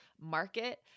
market